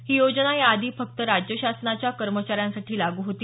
ही योजना याआधी फक्त राज्य शासनाच्या कर्मचाऱ्यांसाठी लागू होती